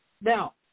Now